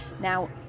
Now